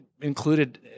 included